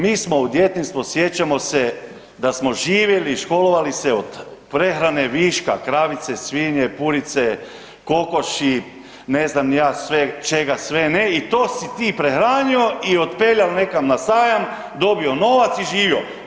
Mi smo u djetinjstvu sjećamo se da smo živjeli i školovali se od prehrane viška kravice, svinje, purice, kokoši ne znam čega sve ne i to si ti prehranio i otpeljal nekam na sajam, dobio novac i živio.